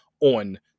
on